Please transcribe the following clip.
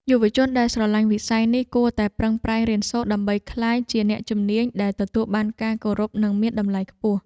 យុវជនដែលស្រឡាញ់វិស័យនេះគួរតែប្រឹងប្រែងរៀនសូត្រ ដើម្បីក្លាយជាអ្នកជំនាញដែលទទួលបានការគោរពនិងមានតម្លៃខ្ពស់។